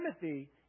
Timothy